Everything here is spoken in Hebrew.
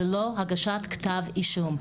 ללא הגשת כתב אישום.